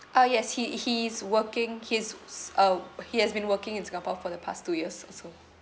ah yes he i~ he is working he's oo uh s~ uh he has been working in singapore for the past two years or so